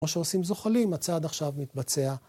כמו שעושים זוחלים, הצעד עכשיו מתבצע.